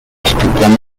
tutuklama